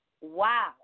wow